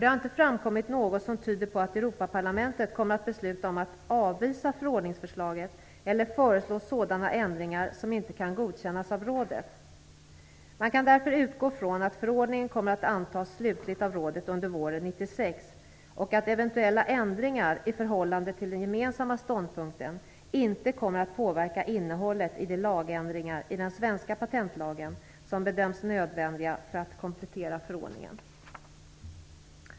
Det har inte framkommit något som tyder på att Europaparlamentet kommer att besluta om att avvisa förordningsförslaget eller föreslå sådana ändringar som inte kan godkännas av rådet. Man kan därför utgå från att förordningen kommer att antas slutligt av rådet under våren 1996 och att eventuella ändringar i förhållande till den gemensamma ståndpunkten inte kommer att påverka innehållet i de lagändringar i den svenska patentlagen som bedömts nödvändiga för att komplettera förordningen.